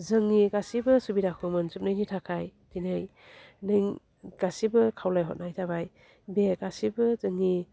जोंनि गासिबो सुबिदाखौ मोनजोबनायनि थाखाय दिनै नों गासिबो खावलायहरनाय जाबाय बे गासिबो जोंनि